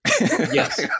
Yes